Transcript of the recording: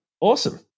Awesome